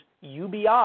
UBI